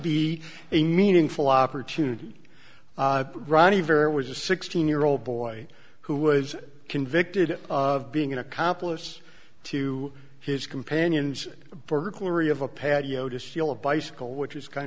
be a meaningful opportunity ronnie vera was a sixteen year old boy who was convicted of being an accomplice to his companion's burglary of a patio to steal a bicycle which is kind